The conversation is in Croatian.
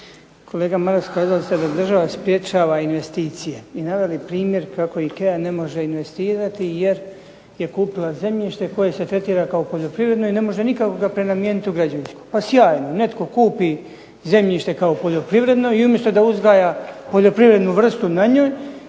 Kolega Maras kazali se da država sprječava investicije i naveli primjer kako Ikea ne može investirati jer je kupila zemljište koje se tretira kao poljoprivredno i ne može ga nikako prenamijeniti u građevinsko. Pa sjajno. Netko kupi zemljište kao poljoprivredno i umjesto da uzgaja poljoprivrednu vrstu na njoj,